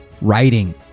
writing